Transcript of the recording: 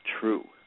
true